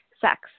sex